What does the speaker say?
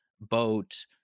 boat